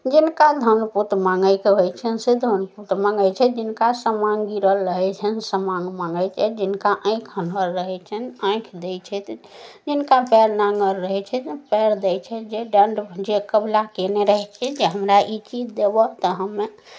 जिनका धन पूत माङ्गयके होइ छनि से धन पूत मङ्गै छथि जिनका समाङ गिरल रहै छनि समान मङ्गै छथि जिनका आँखि आन्हर रहै छनि आँखि दै छथि जिनका पएर नाङ्गर रहै छनि पएर दै छथि जे दण्ड जे कबुला कयने रहै छथि जे हमरा ई चीज देबह तऽ हमे